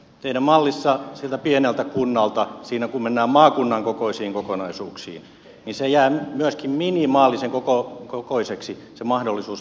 teidän mallissanne sillä pienellä kunnalla siinä kun mennään maakunnan kokoisiin kokonaisuuksiin jää myöskin minimaalisen kokoiseksi se mahdollisuus vaikuttaa siihen omaan